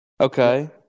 Okay